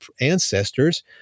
ancestors